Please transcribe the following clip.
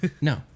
No